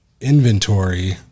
inventory